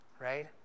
right